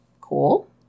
Cool